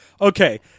okay